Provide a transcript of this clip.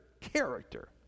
character